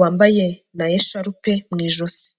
wambaye n'esharupe mu ijosi.